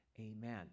Amen